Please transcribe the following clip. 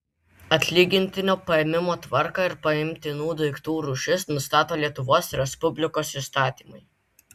atlygintinio paėmimo tvarką ir paimtinų daiktų rūšis nustato lietuvos respublikos įstatymai